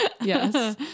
Yes